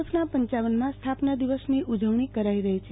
એફના પંચાવનામાં સ્થાપના દિવસની ઉજવણી કરાઈ રહી છે